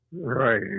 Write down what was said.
Right